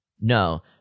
No